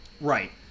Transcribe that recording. Right